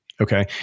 Okay